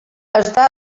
està